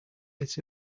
it’s